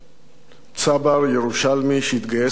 צבר, ירושלמי, שהתגייס לפלמ"ח,